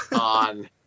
on